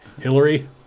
Hillary